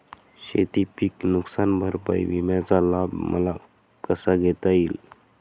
शेतीपीक नुकसान भरपाई विम्याचा लाभ मला कसा घेता येईल?